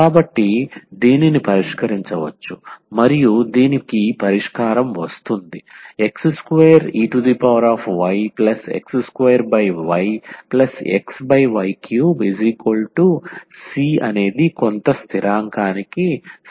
కాబట్టి దీనిని పరిష్కరించవచ్చు మరియు దీనికి పరిష్కారం వస్తుంది x2eyx2yxy3c కొంత స్థిరాంకానికి సమానం